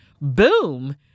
Boom